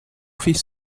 fils